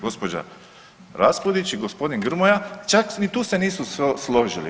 Gospođa Raspudić i gospodin Grmoja čak ni tu se nisu složili.